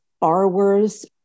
borrowers